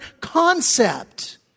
concept